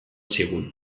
zigun